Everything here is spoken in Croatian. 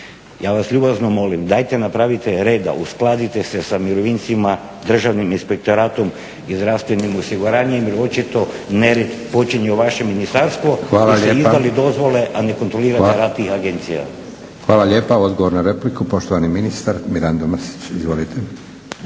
ja vas ljubazno molim dajte napravite reda, uskladite se sa mirovincima, Državnim inspektoratom i zdravstvenim osiguranjem, jer očito nered počinje u vašem ministarstvu jer ste izdali dozvole a ne kontrolirate rad tih agencija. **Leko, Josip (SDP)** Hvala lijepa. Odgovor na repliku, poštovani ministar Mirando Mrsić. Izvolite.